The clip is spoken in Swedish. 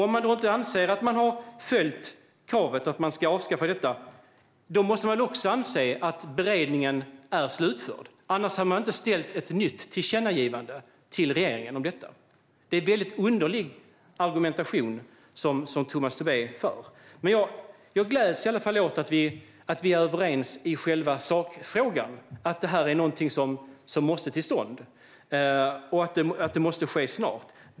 Om man inte anser att kravet att avskaffa tillståndsplikten har följts måste man också anse att beredningen är slutförd. Annars hade man inte gjort ett nytt tillkännagivande till regeringen. Det är en underlig argumentation som Tomas Tobé för. Jag gläds åt att vi är överens i själva sakfrågan om att förslaget måste komma till stånd, och det måste ske snart.